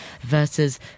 versus